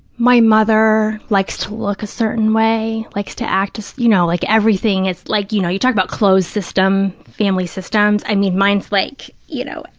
my mother likes to look a certain way, likes to act a, you know, like everything, it's like, you know, you talk about closed system, family systems, i mean, mine's like, you know,